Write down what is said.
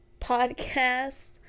podcast